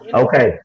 okay